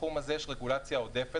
בתחום הזה יש רגולציה עודפת,